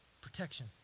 Protection